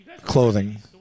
clothing